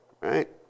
right